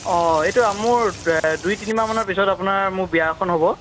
অঁ এইটো মোৰ দুই তিনি মাহ মানৰ পিছত আপোনাৰ মোৰ বিয়া এখন হ'ব